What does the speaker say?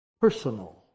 personal